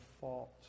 fault